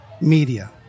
media